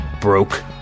broke